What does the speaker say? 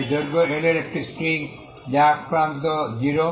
তাই দৈর্ঘ্য L এর একটি স্ট্রিং যা এক প্রান্ত 0